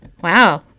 Wow